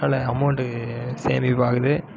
அதில் அமௌண்டு சேமிப்பாகுது